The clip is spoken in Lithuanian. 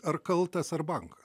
ar kaltas ar bankas